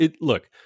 look